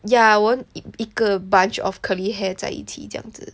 ya won't 一个 bunch of curly hair 在一起这样子